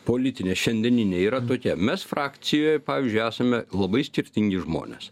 politinė šiandieninė yra tokia mes frakcijoj pavyzdžiui esame labai skirtingi žmonės